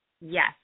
yes